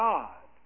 God